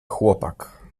chłopak